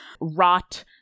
rot